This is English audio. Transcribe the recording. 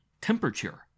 temperature